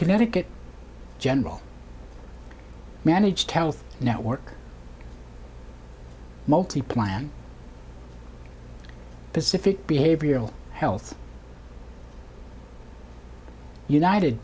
connecticut general manage health network multi plan pacific behavioral health united